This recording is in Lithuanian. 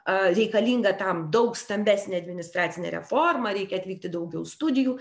a reikalinga tam daug stambesnė administracinė reforma reikia atlikti daugiau studijų